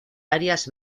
áreas